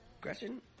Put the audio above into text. Gretchen